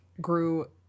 grew